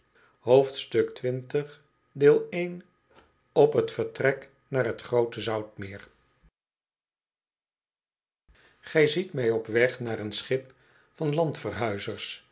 quaestie xx op t vertrek naar t groote zoutmeer gij ziet mij op weg naar een schip van landverhuizers